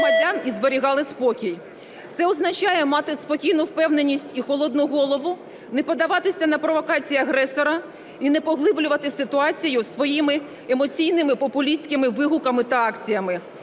Це означає: мати спокійну впевненість і холодну голову, не піддаватися на провокації агресора і не поглиблювати ситуацію своїми емоційними популістськими вигуками та акціями.